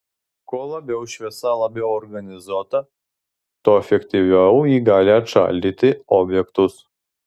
kuo labiau šviesa labiau organizuota tuo efektyviau ji gali atšaldyti objektus